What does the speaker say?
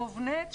מובנית,